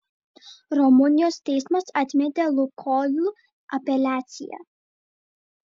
rumunijos teismas atmetė lukoil apeliaciją